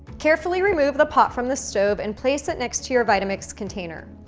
carefully remove the pot from the stove and place it next to your vitamix container.